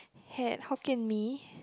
had Hokkien-Mee